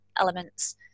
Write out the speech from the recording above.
elements